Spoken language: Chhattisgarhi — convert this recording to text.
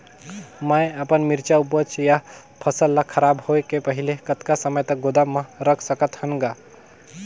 मैं अपन मिरचा ऊपज या फसल ला खराब होय के पहेली कतका समय तक गोदाम म रख सकथ हान ग?